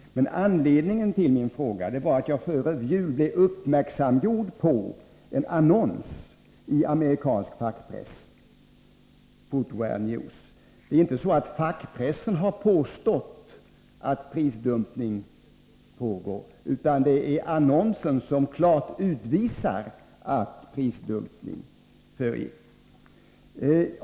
Anledningen till min fråga är att jag före jul gjordes uppmärksam på en annons i amerikansk fackpress, tidningen Footwear News. Det är inte så att fackpressen har påstått att prisdumpning pågår, utan det är annonsen som klart utvisar att prisdumpning förekommer.